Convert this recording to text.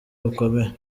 bukomeye